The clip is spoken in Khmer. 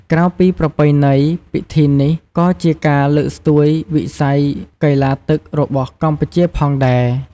ក្រៅពីប្រពៃណី ពិធីនេះក៏ជាការលើកស្ទួយវិស័យកីឡាទឹករបស់កម្ពុជាផងដែរ។